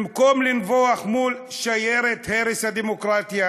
במקום לנבוח מול שיירת הרס הדמוקרטיה,